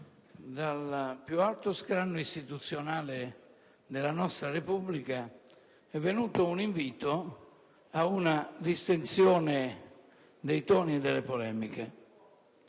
dal più alto scranno istituzionale della nostra Repubblica, è venuto un invito ad una distensione dei toni delle polemiche.